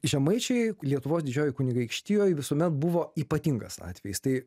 žemaičiai lietuvos didžiojoj kunigaikštijoj visuomet buvo ypatingas atvejis tai